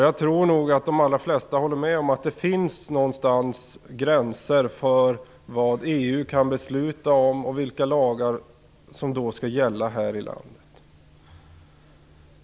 Jag tror nog att de allra flesta håller med om att det någonstans finns gränser för vad EU kan besluta om och vilka lagar som då skall gälla i det här landet.